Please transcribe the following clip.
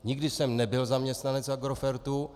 Nikdy jsem nebyl zaměstnanec Agrofertu.